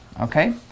okay